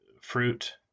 fruit